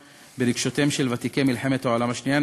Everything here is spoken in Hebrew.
ברגשותיהם של ותיקי מלחמת העולם השנייה,